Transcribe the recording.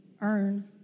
earn